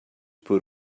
put